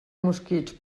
mosquits